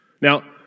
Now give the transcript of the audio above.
Now